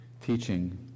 teaching